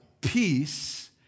peace